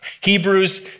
Hebrews